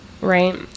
right